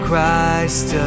Christ